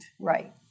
Right